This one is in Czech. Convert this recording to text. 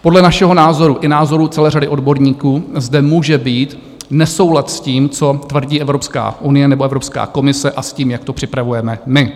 Podle našeho názoru i názoru celé řady odborníků zde může být nesoulad s tím, co tvrdí Evropská unie nebo Evropská komise, a s tím, jak to připravujeme my.